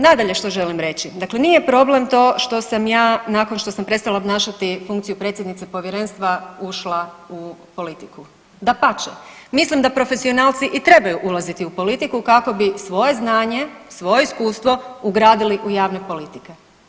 Nadalje što želim reći, dakle nije problem to što sam ja nakon što sam prestala obnašati funkciju predsjednice povjerenstva ušla u politiku, dapače, mislim da profesionalci i trebaju ulaziti u politiku kako bi svoje znanje, svoje iskustvo ugradili u javne politike.